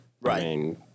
Right